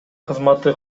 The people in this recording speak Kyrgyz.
кызматы